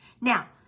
Now